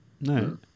No